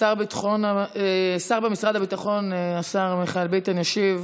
השר במשרד הביטחון, השר מיכאל ביטון, ישיב